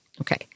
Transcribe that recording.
okay